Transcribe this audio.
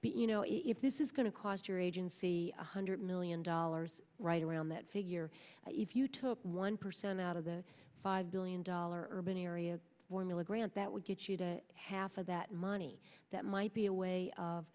but you know if this is going to cost your agency one hundred million dollars right around that figure if you took one percent out of the five billion dollars urban area formula grant that would get you to half of that money that might be a way